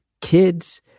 kids